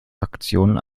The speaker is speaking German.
aktionen